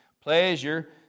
pleasure